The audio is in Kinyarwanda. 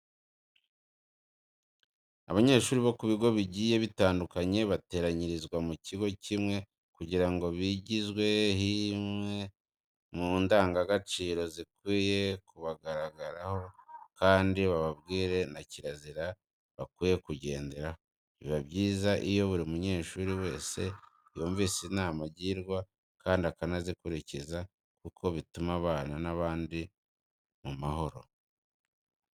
Abanyeshuri bo ku bigo bigiye bitandukanye bateranyirizwa mu kigo kimwe kugira ngo bigishwe zimwe mu ndangagaciro zikwiye kubaranga kandi bababwire na kirazira bakwiye kugenderaho. Biba byiza iyo buri munyeshuri wese yumvise inama agirwa kandi akanazikurikiza kuko bitima abana n'abandi mu mahoro.